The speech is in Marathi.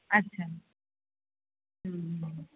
अच्छा